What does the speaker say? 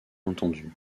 entendus